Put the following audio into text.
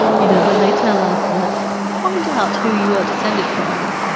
you know, when they tell us that find out who you are descended from,